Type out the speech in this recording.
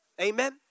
Amen